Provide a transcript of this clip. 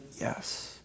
Yes